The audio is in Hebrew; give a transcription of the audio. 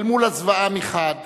אל מול הזוועה מחד